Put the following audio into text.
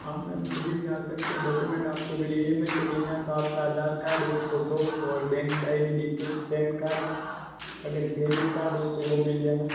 हाँ मैम कभी भी आ सकते है डॉक्यूमेंट आपको अगर इ एम आई पे लेना है तो आपका आधार कार्ड एक फोटो और बैंक डायरी डिटेल्स पैनकार्ड अगर क्रेडिट कार्ड हो तो वो भी ले आना